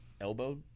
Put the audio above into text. elbow